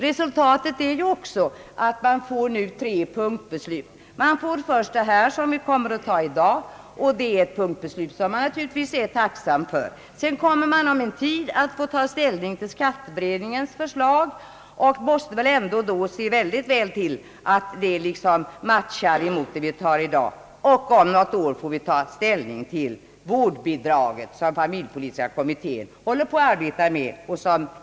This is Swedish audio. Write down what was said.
Resultatet blir också att vi nu får tre punktbeslut. Först får vi det som vi kommer att träffa här i dag, och det är ett punktbeslut som vi är tacksamma för. Om en tid kommer vi sedan att få ta ställning till skatteberedningens förslag. Vi får då noga se till att det beslutet kommer att stämma överens med vad vi beslutar i dag. Om något år får vi slutligen ta ställning till vårdbidraget, som den familjepolitiska kommittén arbetar med.